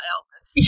Elvis